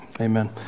Amen